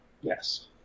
Yes